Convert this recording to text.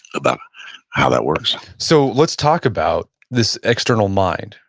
about how that works so let's talk about this external mind.